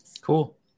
Cool